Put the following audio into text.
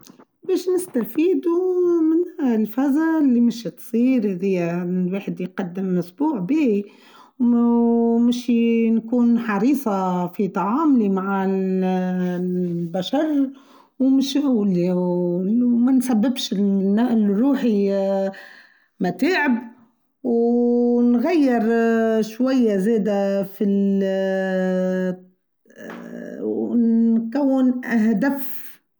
باش نستفيدوا من الفزة اللي مش تصير يعني واحد يقدم أسبوع بيه ومش نكون حريصة في تعاملي مع البشر ومش نقول يعني وما نسببش لروحي متاعب ونغير شوية زيادة في ال... ونكون أهدف.